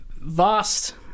vast